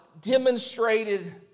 demonstrated